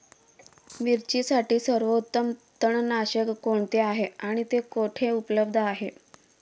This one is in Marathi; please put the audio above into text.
मिरचीसाठी सर्वोत्तम तणनाशक कोणते आहे आणि ते कुठे उपलब्ध आहे?